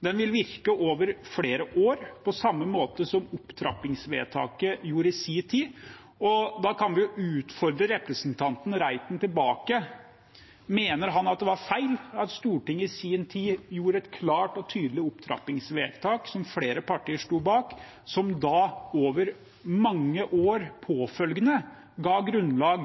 Den vil virke over flere år – på samme måte som opptrappingsvedtaket gjorde i sin tid. Og da kan vi jo utfordre representanten Reiten tilbake: Mener han det var feil at Stortinget i sin tid gjorde et klart og tydelig opptrappingsvedtak som flere partier sto bak, og som over mange påfølgende år ga grunnlag